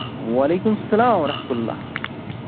وعلیکُم السلام ورحمتہ اللہ